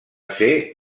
ser